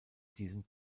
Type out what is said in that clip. diesem